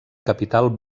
capital